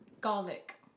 garlic